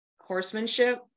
Horsemanship